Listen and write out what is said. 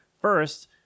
First